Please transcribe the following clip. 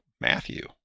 Matthew